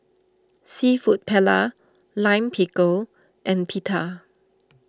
Seafood Paella Lime Pickle and Pita